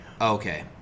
Okay